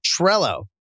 Trello